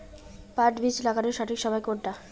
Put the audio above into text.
পাট বীজ লাগানোর সঠিক সময় কোনটা?